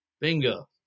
bingo